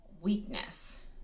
weakness